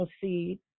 proceed